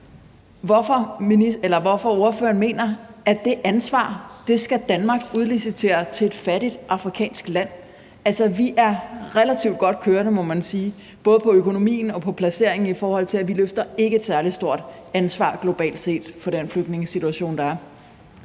hvorfor ordføreren mener, at Danmark skal udlicitere det ansvar til et fattigt afrikansk land. Vi er – må man sige – relativt godt kørende, både på økonomien og på placeringen, i forhold til at vi ikke løfter et særlig stort ansvar globalt set for den flygtningesituation, der er.